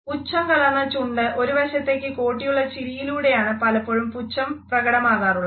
പുച്ഛം കലർന്ന ചുണ്ട് ഒരു വശത്തേയ്ക് കോട്ടിയുള്ള ചിരിയിലൂടെയാണ് പലപ്പോഴും പുച്ഛം പ്രകടമാകാറുള്ളത്